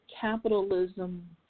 capitalism